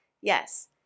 Yes